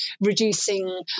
reducing